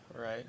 right